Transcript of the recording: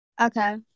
Okay